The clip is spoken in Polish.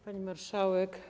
Pani Marszałek!